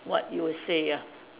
what you would say ya